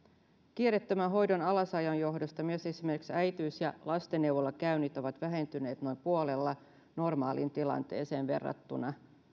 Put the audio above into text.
kiireettömän hoidon alasajon johdosta myös esimerkiksi äitiys ja lastenneuvolakäynnit ovat vähentyneet noin puolella normaaliin tilanteeseen verrattuna